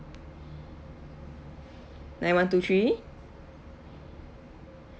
nine one two three